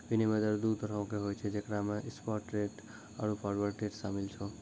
विनिमय दर दु तरहो के होय छै जेकरा मे स्पाट रेट आरु फारवर्ड रेट शामिल छै